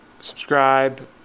subscribe